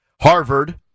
Harvard